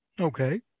Okay